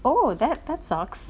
oh that that sucks